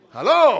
Hello